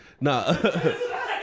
No